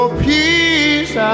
peace